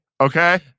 okay